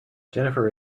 jennifer